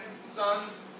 sons